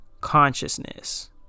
consciousness